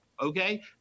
Okay